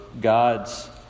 God's